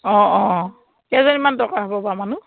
অঁ অঁ কেইজনীমান দৰকাৰ হ'ব বাৰু মানুহ